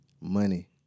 money